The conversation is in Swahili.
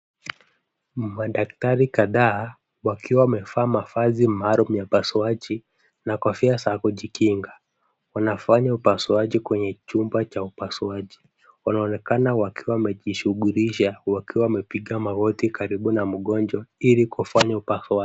Madaktari kadhaa wakiwa wamevaa mavazi maalum ya upasuaji na kofia za kujikinga. Wanafanya upasuaji kwenye chumba cha upasuaji. Wanaonekana wakiwa wamejishughulisha, wakiwa wamepiga magoti karibu na mgonjwa, ili kufanya upasuaji.